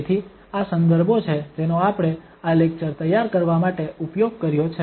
તેથી આ સંદર્ભો છે જેનો આપણે આ લેક્ચર તૈયાર કરવા માટે ઉપયોગ કર્યો છે